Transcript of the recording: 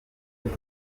bacu